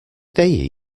they